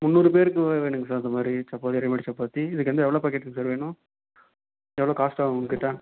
முந்நூறு பேருக்கு வேணும் வேணும்ங்க சார் இந்தமாதிரி சப்பாத்தி ரெடிமேட் சப்பாத்தி இதுக்கு வந்து எவ்வளோ பாக்கெட்டுங்க சார் வேணும் எவ்வளோ காஸ்ட் ஆகும் உங்கக்கிட்டே